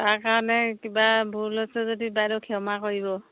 তাৰ কাৰণে কিবা ভূল হৈছে যদি বাইদেউ ক্ষমা কৰিব